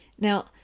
Now